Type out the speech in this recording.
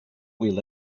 will